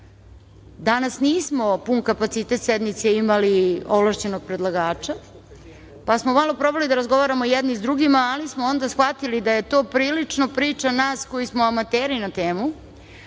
Danas nismo pun kapacitet sednice imali ovlašćenog predlagača, pa smo malo probali da razgovaramo jedni s drugima, ali smo onda shvatili da je to prilično priča nas koji smo amateri na temu.